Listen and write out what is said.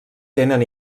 tenen